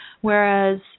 Whereas